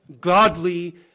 godly